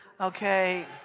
Okay